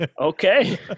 Okay